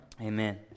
Amen